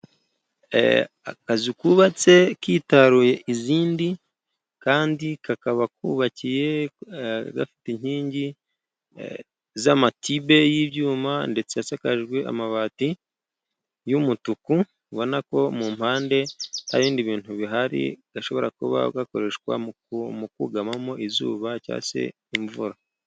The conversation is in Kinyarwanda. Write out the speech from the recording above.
Akazu kubatse kitaruye izindi, kandi kakaba kubakiye gafite inkingi z’amatibe y’ibyuma, ndetse hasakajwe amabati y’umutuku. Ubona ko mu mpande hari ibindi bintu bihari, gashobora kuba gakoreshwa mu kugama mo izuba cyangwa se imvura.